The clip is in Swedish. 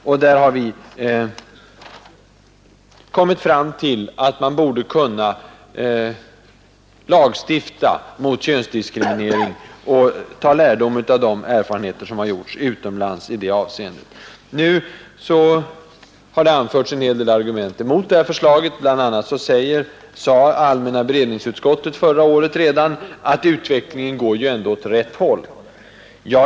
Vi har kommit till den slutsatsen, att man borde kunna lagstifta mot könsdiskriminering och dra lärdom av de erfarenheter som gjorts utomlands i det avseendet. En del argument har anförts mot detta förslag. Bl.a. uttalade allmänna beredningsutskottet redan förra året att utvecklingen ju ändå går åt rätt håll.